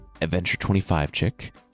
Adventure25Chick